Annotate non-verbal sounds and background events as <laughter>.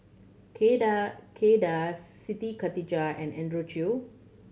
Kay <unintelligible> Kay Das Siti Khalijah and Andrew Chew